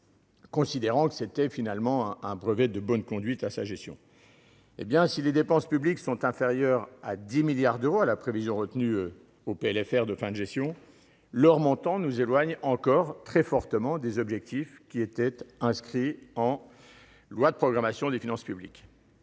d'euros, s'accordant là un brevet de bonne conduite pour sa gestion. Par ailleurs, si les dépenses publiques sont inférieures de 10 milliards d'euros à la prévision retenue dans le PLFR de fin de gestion, leur montant nous éloigne encore très fortement des objectifs inscrits en loi de programmation des finances publiques,